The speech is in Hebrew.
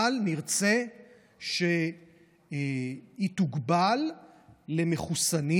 אבל נרצה שהיא תוגבל למחוסנים,